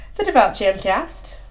TheDevoutJamCast